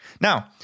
now